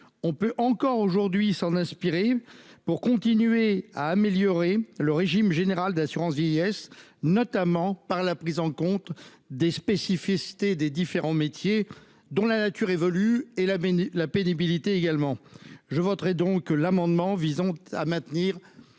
pouvons encore nous en inspirer pour continuer à améliorer le régime général d'assurance vieillesse, notamment par la prise en compte des spécificités des différents métiers, dont la nature évolue, tout comme la pénibilité qui les caractérise. Je voterai donc l'amendement visant à maintenir